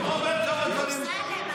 חבר הכנסת שירי, חבר הכנסת שירי.